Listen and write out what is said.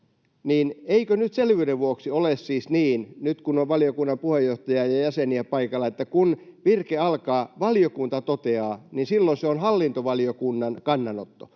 Eikö nyt selvyyden vuoksi ole siis niin, nyt kun on valiokunnan puheenjohtaja ja jäseniä paikalla, että kun virke alkaa ”valiokunta toteaa”, niin silloin se on hallintovaliokunnan kannanotto,